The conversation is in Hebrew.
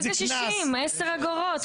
10 אגורות.